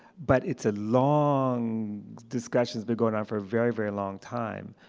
but it's ah long discussion has been going on for a very, very long time.